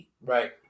Right